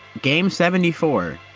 game seventy four.